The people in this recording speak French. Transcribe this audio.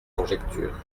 conjectures